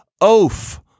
oaf